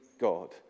God